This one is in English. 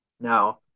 now